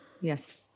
Yes